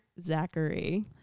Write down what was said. Zachary